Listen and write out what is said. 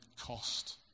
cost